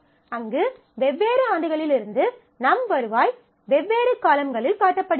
அங்கு வெவ்வேறு ஆண்டுகளில் இருந்து நம் வருவாய் வெவ்வேறு காலம்களில் காட்டப்படுகிறது